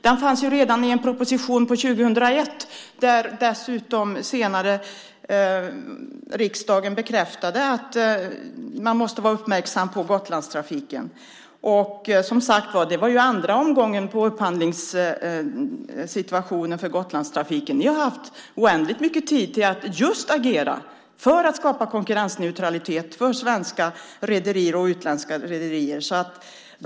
Den fanns med i en proposition redan 2001. Riksdagen bekräftade också senare att man måste vara uppmärksam på Gotlandstrafiken. Det var dessutom andra omgången i upphandlingsförfarandet för Gotlandstrafiken. Ni har haft oändligt mycket tid att agera just för att skapa konkurrensneutralitet mellan svenska och utländska rederier.